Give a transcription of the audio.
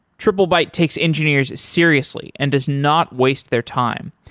triplebyte takes engineers seriously and does not waste their time.